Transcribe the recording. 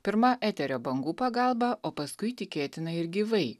pirma eterio bangų pagalba o paskui tikėtina ir gyvai